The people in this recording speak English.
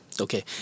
okay